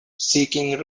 seeking